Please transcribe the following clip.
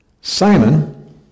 Simon